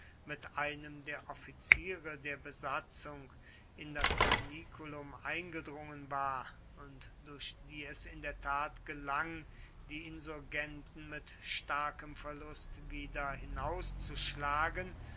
mit einem der offiziere der besatzung in das ianiculum eingedrungen war und durch die es in der tat gelang die insurgenten mit starkem verlust wieder